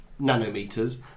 nanometers